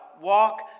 Walk